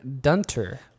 Dunter